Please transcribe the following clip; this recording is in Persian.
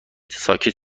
ساکت